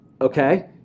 Okay